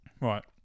Right